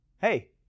hey